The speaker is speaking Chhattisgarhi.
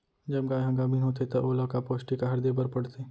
जब गाय ह गाभिन होथे त ओला का पौष्टिक आहार दे बर पढ़थे?